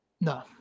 No